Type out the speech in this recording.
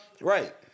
Right